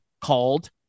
called